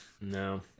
No